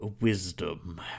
wisdom